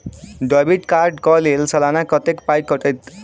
Debit card कऽ लेल सलाना कत्तेक पाई कटतै?